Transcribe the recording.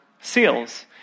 seals